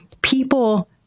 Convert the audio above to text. people